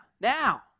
now